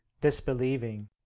disbelieving